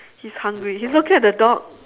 he's hungry he's looking at the dog